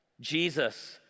Jesus